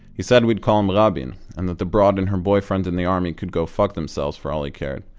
he said we'd call him rabin, and that the broad and her boyfriend in the army could go fuck themselves for all he cared,